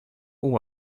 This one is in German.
oma